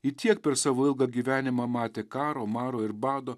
ji tiek per savo ilgą gyvenimą matė karo maro ir bado